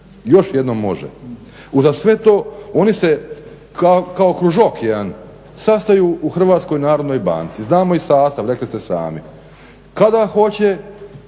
Još jednom može. Uza sve to oni se kao kružok jedan sastaju u Hrvatskoj narodnoj banci. Znamo i sastav rekli ste sami. Kada hoće